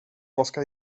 ska